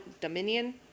dominion